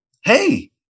hey